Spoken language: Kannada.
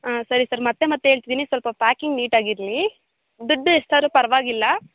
ಆ ಸರಿ ಸರ್ ಮತ್ತೆ ಮತ್ತೆ ಹೇಳ್ತಿದ್ದೀನಿ ಸ್ವಲ್ಪ ಪ್ಯಾಕಿಂಗ್ ನೀಟಾಗಿರ್ಲಿ ದುಡ್ಡು ಎಷ್ಟಾದರೂ ಪರವಾಗಿಲ್ಲ